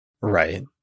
Right